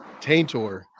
Taintor